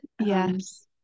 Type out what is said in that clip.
yes